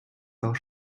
auch